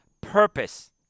purpose